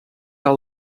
alt